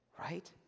right